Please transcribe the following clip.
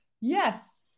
Yes